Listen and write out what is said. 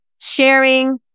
sharing